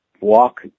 Walk